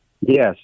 Yes